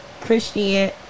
christian